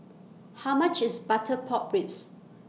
How much IS Butter Pork Ribs